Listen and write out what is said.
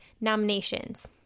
nominations